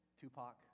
Tupac